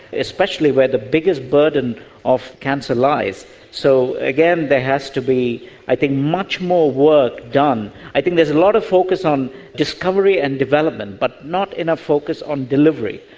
especially where the biggest burden on cancer lies. so again, there has to be i think much more work done. i think there's a lot of focus on discovery and development, but not enough focus on delivery.